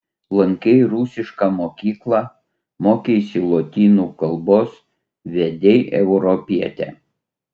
lankei rusišką mokyklą mokeisi lotynų kalbos vedei europietę